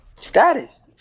Status